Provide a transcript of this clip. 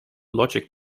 logic